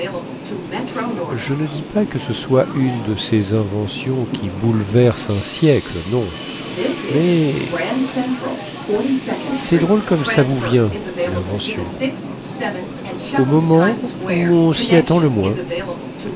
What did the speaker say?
je ne dis pas que ce soit une de ces inventions qui bouleversent un siècle non mais cest drôle comme ça vous vient une invention au moment où on sy attend le moins